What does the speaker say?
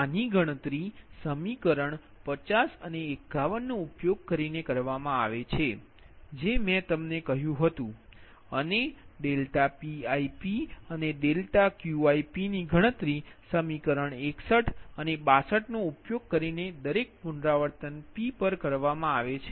આની ગણતરી સમીકરણ 50 અને 51 નો ઉપયોગ કરીને કરવામાં આવે છે જે મેં તમને કહ્યું હતું અને ∆Pip અને ∆Qipની ગણતરી સમીકરણ 61 અને 62 નો ઉપયોગ કરીને દરેક પુનરાવર્તન P પર કરવામાં આવે છે